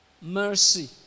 mercy